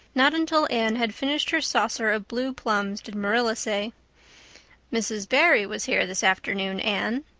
not until anne had finished her saucer of blue plums did marilla say mrs. barry was here this afternoon, anne.